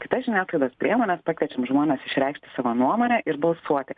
kitas žiniasklaidos priemones pakviečiam žmones išreikšti savo nuomonę ir balsuoti